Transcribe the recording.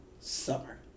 summer